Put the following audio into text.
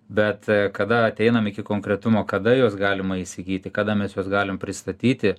bet kada ateinam iki konkretumo kada juos galima įsigyti kada mes juos galim pristatyti